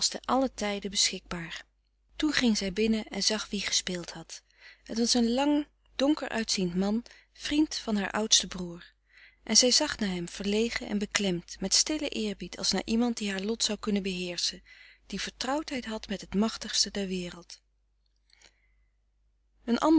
allen tijde beschikbaar toen ging zij binnen en zag wie gespeeld had het was een lang donker uitziend man vriend van haar oudsten broer en zij zag naar hem verlegen en beklemd met stillen eerbied als naar iemand die haar lot zou kunnen beheerschen die vertrouwdheid had met het machtigste der wereld